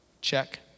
Check